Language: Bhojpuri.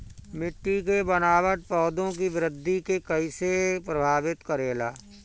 मिट्टी के बनावट पौधों की वृद्धि के कईसे प्रभावित करेला?